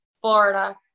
Florida